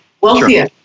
wealthier